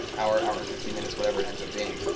hour, hour and fifteen minutes, whatever it ends up being